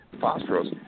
phosphorus